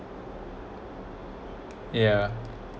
yeah